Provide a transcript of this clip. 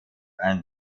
and